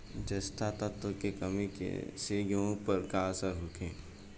जस्ता तत्व के कमी से गेंहू पर का असर होखे?